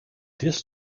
this